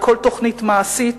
על כל תוכנית מעשית